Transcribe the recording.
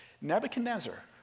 Nebuchadnezzar